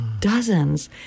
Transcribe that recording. dozens